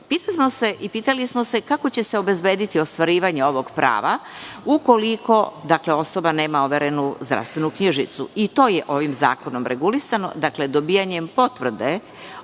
smo se i pitamo se kako će se obezbediti ostvarivanje ovog prava ukoliko osoba nema overenu zdravstvenu knjižicu? I to je ovim zakonom regulisano – dobijanjem potvrde